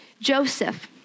Joseph